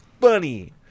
funny